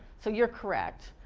so you're correct.